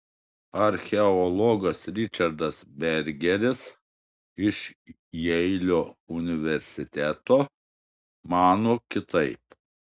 archeologas ričardas bergeris iš jeilio universiteto mano kitaip